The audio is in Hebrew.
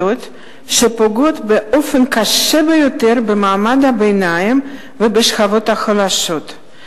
שפוגעות באופן קשה ביותר במעמד הביניים ובשכבות החלשות.